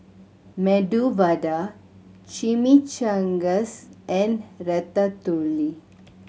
Medu Vada Chimichangas and Ratatouille